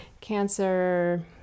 cancer